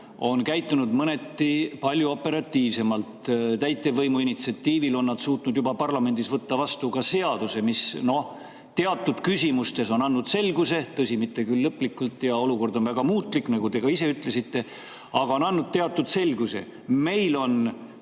on käitunud mõneti palju operatiivsemalt. Täitevvõimu initsiatiivil on nad suutnud juba parlamendis võtta vastu ka seaduse, mis, noh, teatud küsimustes on andnud selguse – tõsi, mitte küll lõplikult ja olukord on väga muutlik, nagu te ka ise ütlesite, aga on andnud teatud selguse. Meil on